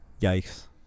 Yikes